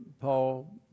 Paul